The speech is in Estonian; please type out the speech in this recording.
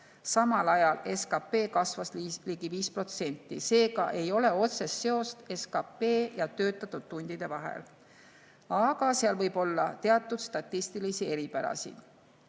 samal ajal SKP kasvas ligi 5%. Seega ei ole otsest seost SKP ja töötatud tundide vahel. Aga seal võib olla teatud statistilisi eripärasid. Mõju